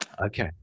Okay